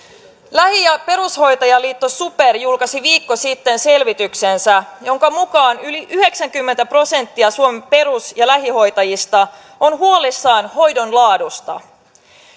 lähi ja perushoitajaliitto super julkaisi viikko sitten selvityksensä jonka mukaan yli yhdeksänkymmentä prosenttia suomen perus ja lähihoitajista on huolissaan hoidon laadusta